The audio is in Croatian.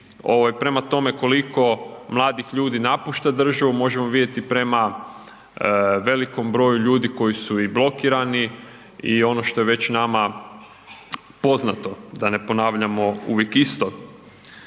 prema tome koliko mladih ljudi napušta državu, možemo vidjeti prema velikom ljudi koji su i blokirani i ono što je već nama poznato da ne ponavljamo uvijek isto.